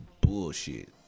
bullshit